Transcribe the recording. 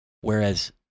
Whereas